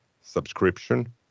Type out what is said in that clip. subscription